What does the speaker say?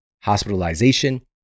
hospitalization